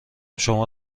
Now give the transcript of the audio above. شما